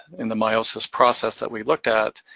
in the meiosis process that we looked at,